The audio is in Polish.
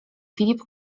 filip